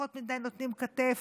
פחות מדי נותנים כתף,